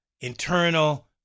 internal